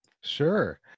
Sure